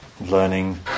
learning